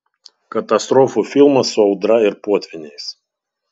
katastrofų filmas su audra ir potvyniais